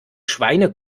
schweine